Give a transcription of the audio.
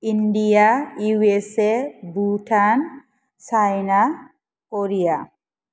India U S A Bhutan China Korea